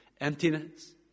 emptiness